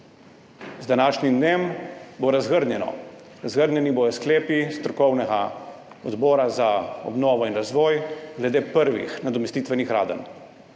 Z današnjim dnem bo razgrnjeno, razgrnjeni bodo sklepi strokovnega odbora za obnovo in razvoj glede prvih nadomestitvenih gradenj.